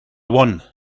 one